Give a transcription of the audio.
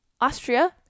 Austria